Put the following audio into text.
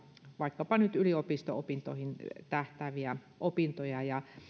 vaikkapa nyt yliopisto opintoihin tähtääviä opintoja